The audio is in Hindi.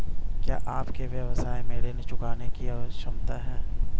क्या आपके व्यवसाय में ऋण चुकाने की क्षमता है?